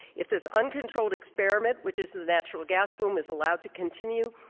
if this uncontrolled experiment, which is the natural gas boom, is allowed to continue,